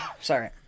sorry